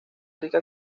rica